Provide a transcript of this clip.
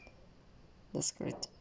the skirt